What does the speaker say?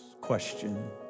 question